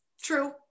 True